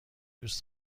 دوست